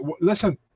listen